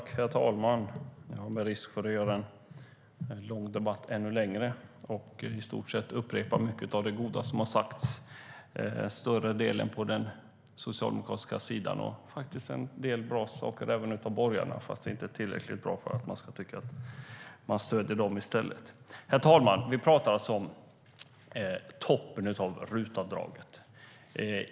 Herr talman! Jag går upp här med risk för att göra en lång debatt ännu längre och i stort sett upprepa mycket av det goda som har sagts. Större delen har varit på den socialdemokratiska sidan, men det har även varit en del bra saker från borgarna, fast inte tillräckligt bra för att man ska tycka att man stöder dem i stället. Herr talman! Vi talar alltså om toppen av RUT-avdraget.